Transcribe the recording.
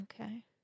Okay